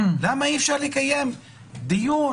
למה אי אפשר לקיים דיון?